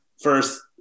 first